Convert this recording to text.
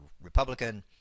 republican